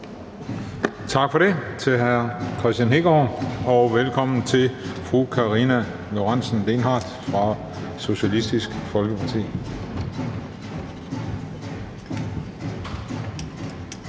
Tak for det til hr. Kristian Hegaard, og velkommen til fru Karina Lorentzen Dehnhardt fra Socialistisk Folkeparti.